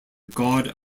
god